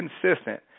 consistent